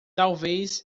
talvez